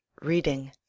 reading